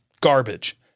garbage